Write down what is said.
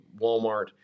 Walmart